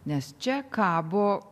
nes čia kabo